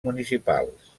municipals